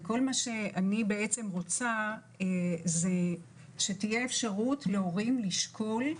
ואני רוצה שתהיה אפשרות להורים לשקול,